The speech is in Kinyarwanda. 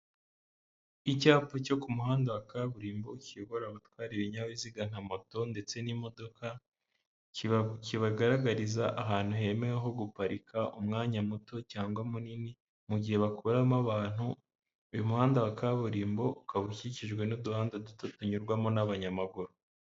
Icyapa cyo ku muhanda wa kaburimbo kiyobora abatwara ibinyabiziga nka moto ndetse n'imodoka kibagaragariza ahantu hemewe ho guparika umwanya muto cyangwa munini mu gihe bakuramo abantu uyu muhanda wa kaburimbo ukaba ukikijwe n'uduhanda duto tunyurwamo n'abanyamaguru.